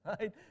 right